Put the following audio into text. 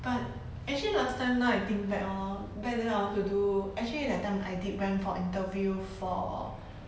but actually last time now I think back hor back then I want to do actually that time I did went for interview for